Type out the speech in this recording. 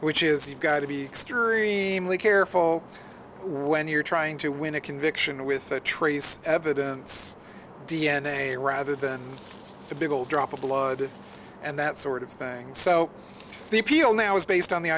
which is you've got to be extremely careful when you're trying to win a conviction with the trace evidence d n a rather than the big old drop of blood and that sort of thing so the appeal now is based on the